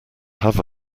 have